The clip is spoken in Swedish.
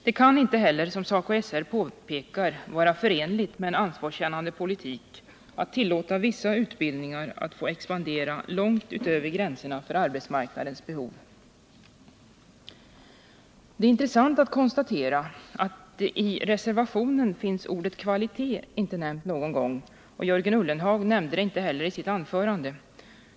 Det kan inte heller, som SACO/SR påpekar, vara förenligt med en ansvarskännande politik att tillåta vissa utbildningar att expandera långt utöver gränserna för arbetsmarknadens behov. Det är intressant att konstatera att i reservationen finns ordet kvalitet inte nämnt någon gång. Jörgen Ullenhag nämnde det inte heller i sitt anförande.